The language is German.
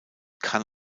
kann